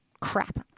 crap